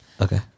Okay